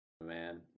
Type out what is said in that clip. man